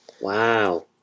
Wow